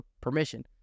permission